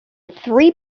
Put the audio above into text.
three